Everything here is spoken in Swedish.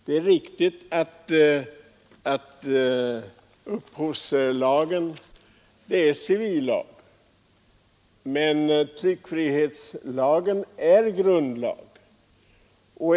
Det är riktigt att upphovsrättslagen är en civillag, medan tryckfrihetslagen är en grundlag.